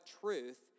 truth